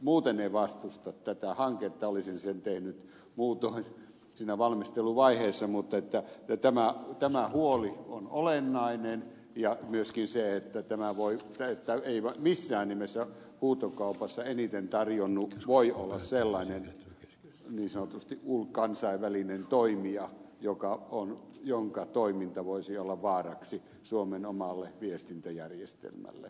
muuten en vastusta tätä hanketta olisin sen tehnyt muutoin siinä valmisteluvaiheessa mutta tämä huoli on olennainen ja myöskin se että ei missään nimessä huutokaupassa eniten tarjonnut voi olla sellainen niin sanotusti kansainvälinen toimija jonka toiminta voisi olla vaaraksi suomen omalle viestintäjärjestelmälle